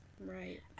Right